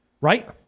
right